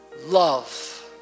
love